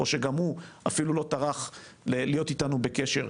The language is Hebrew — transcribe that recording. שגם הוא אפילו לא טרח להיות אתנו בקשר,